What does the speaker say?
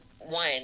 One